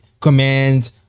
command